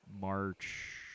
March